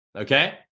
Okay